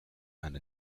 and